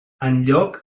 enlloc